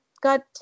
got